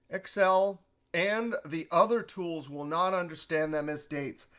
excel and the other tools will not understand them as dates.